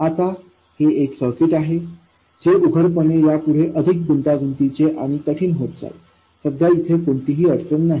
आता हे एक सर्किट आहे जे उघडपणे यापुढे अधिक गुंतागुंतीचे आणि कठीण होत जाईल सध्या येथे कोणतीही अडचण नाही